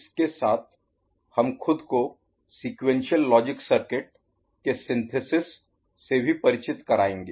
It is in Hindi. इसके साथ हम खुद को सीक्वेंशियल लॉजिक सर्किट के सिंथेसिस से भी परिचित कराएंगे